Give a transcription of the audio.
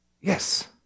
Yes